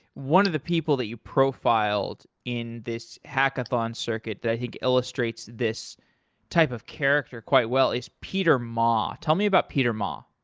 one of the people that you profiled in this hackathon circuit that i think illustrates this type of character quite well is peter ma. tell me about peter ma.